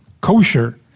kosher